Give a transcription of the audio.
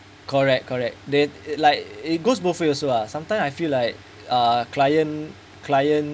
correct correct then like it goes both way also lah sometime I feel like uh client client